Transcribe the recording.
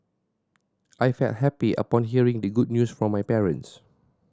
I felt happy upon hearing the good news from my parents